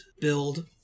build